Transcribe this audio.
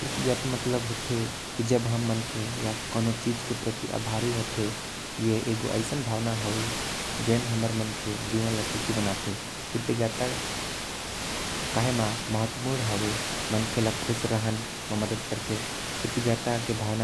कृतज्ञता तब होथे जब हमन कोई बर आभारी होथे। एकर वजह